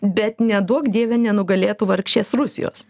bet neduok dieve nenugalėtų vargšės rusijos